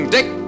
Dick